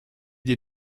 des